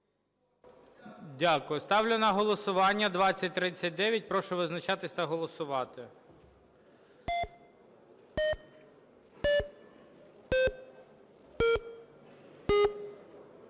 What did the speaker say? Ставлю на голосування 2042. Прошу визначатись та голосувати.